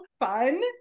fun